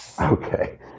Okay